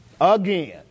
Again